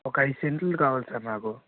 ఒక ఐదు సెంట్లు కావాలి సార్ నాకు